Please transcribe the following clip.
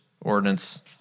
ordinance